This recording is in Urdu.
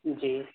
جی